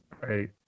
Right